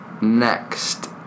next